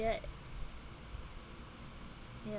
yet ya